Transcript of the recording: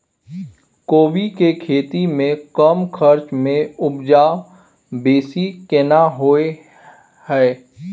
कोबी के खेती में कम खर्च में उपजा बेसी केना होय है?